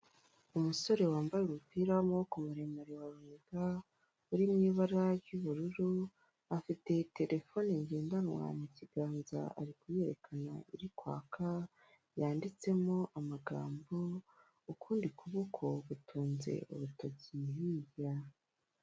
Umusore wambaye umupira w'amaboko muremure wa runiga uri mu ibara ry'ubururu, afite terefone ngendanwa mu kiganza ari kuyerekana iri kwaka yanditsemo amagambo ukundi kuboko gutunze urutoki hirya.